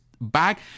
back